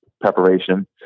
preparation